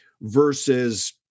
versus